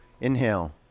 Inhale